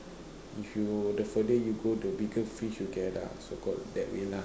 if you the further you go the bigger fish you get ah so called that way lah